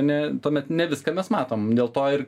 ne tuomet ne viską mes matom dėl to ir